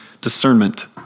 Discernment